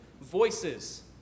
voices